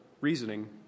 reasoning